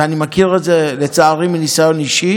ולצערי אני מכיר את זה מניסיון אישי.